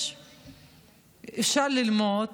אפשר ללמוד